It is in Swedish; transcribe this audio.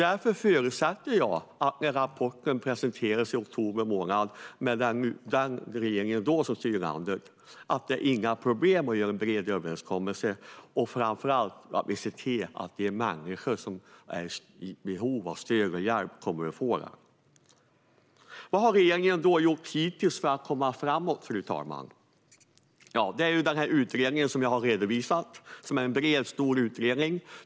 Därför förutsätter jag att när rapporten presenteras i oktober månad, med den regering som då styr landet, är det inga problem att göra en bred överenskommelse och framför allt se till att de människor som är i behov av stöd och hjälp kommer att få det. Vad har regeringen gjort hittills för att komma framåt, fru talman? Jo, man har tillsatt utredningen som jag har redovisat. Det är en bred, stor utredning.